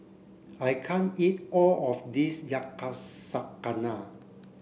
I can't eat all of this Yakizakana